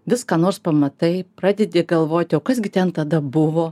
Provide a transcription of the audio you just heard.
viską nors pamatai pradedi galvoti o kas gi ten tada buvo